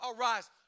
arise